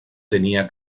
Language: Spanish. tenía